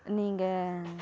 நீங்கள்